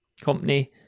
company